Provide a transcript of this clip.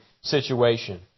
situation